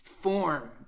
Form